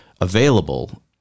available